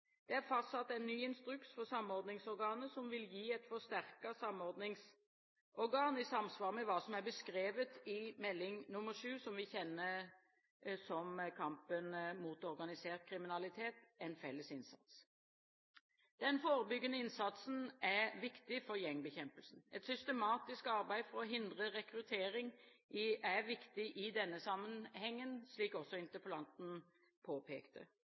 Det er fastsatt en ny instruks for samordningsorganet, som vil gi et forsterket samordningsorgan i samsvar med hva som er beskrevet i Meld. St. 7 for 2010–2011, som vi kjenner som «Kampen mot organisert kriminalitet – en felles innsats». Den forebyggende innsatsen er viktig for gjengbekjempelsen. Et systematisk arbeid for å hindre rekruttering er viktig i denne sammenhengen, slik også interpellanten påpekte.